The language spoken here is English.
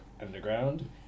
Underground